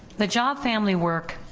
the job family work